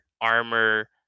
armor